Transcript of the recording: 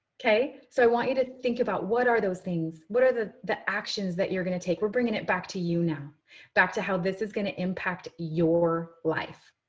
ok? so i want you to think about what are those things? what are the the actions that you're going to take? we're bringing it back to you now back to how this is going to impact your life.